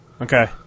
Okay